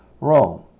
Rome